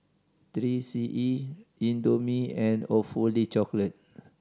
Three C E Indomie and Awfully Chocolate